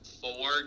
four